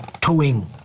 towing